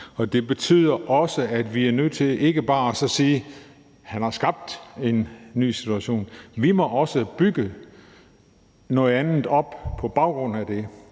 Det betyder også, at vi ikke bare kan nøjes med at sige, at han har skabt en ny situation; vi må også bygge noget andet op på baggrund af den.